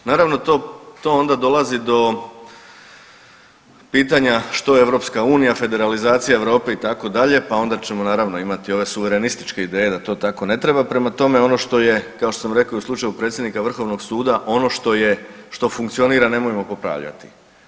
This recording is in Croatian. Naravno to onda dolazi do pitanja što EU, federalizacija Europe i tako dalje, pa onda ćemo naravno imati ove suverenističke ideje da to tako ne treba, prema tome, ono što je, kao što sam rekao i u slučaju predsjednika Vrhovnog suda, ono što je, što funkcionira, nemojmo popravljati.